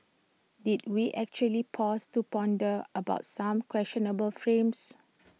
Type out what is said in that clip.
did we actually pause to ponder about some questionable frames